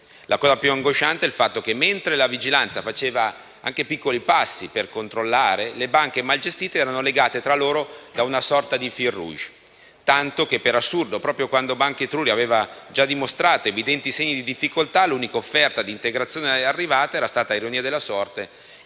La cosa più angosciante è il fatto che mentre la vigilanza faceva anche piccoli passi per controllarle, le banche malgestite erano legate tra loro da una sorta di *fil rouge*, tanto che per assurdo quando la Banca Etruria aveva già dimostrato evidenti segni di difficoltà, l'unica offerta di integrazione arrivata era stata, ironia della sorte,